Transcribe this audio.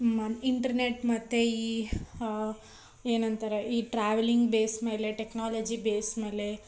ಮ ಇಂಟ್ರ್ನೆಟ್ ಮತ್ತು ಈ ಏನಂತಾರೆ ಈ ಟ್ರಾವೆಲಿಂಗ್ ಬೇಸ್ ಮೇಲೆ ಟೆಕ್ನಾಲಾಜಿ ಬೇಸ್ ಮೇಲೆ